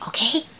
Okay